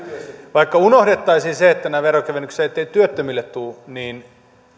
vaikka unohdettaisiin se että nämä veronkevennykset eivät työttömille tule